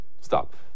Stop